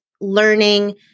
learning